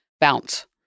Bounce